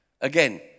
Again